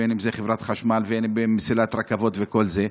בין שזה חברת חשמל ובין שזה מסילת רכבת וכל זה.